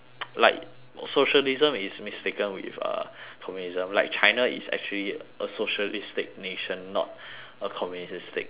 socialism is mistaken with uh communism like china is actually a socialistic nation not a communistic nation